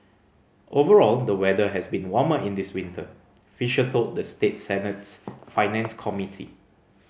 overall the weather has been warmer in this winter Fisher told the state Senate's finance committee